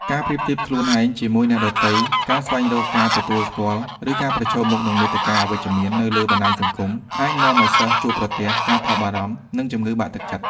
ការប្រៀបធៀបខ្លួនឯងជាមួយអ្នកដទៃ ការស្វែងរកការទទួលស្គាល់ ឬការប្រឈមមុខនឹងមាតិកាអវិជ្ជមាននៅលើបណ្ដាញសង្គមអាចនាំឱ្យសិស្សជួបប្រទះ ការថប់បារម្ភ និង ជំងឺបាក់ទឹកចិត្ត។